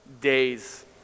days